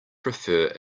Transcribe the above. prefer